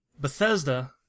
Bethesda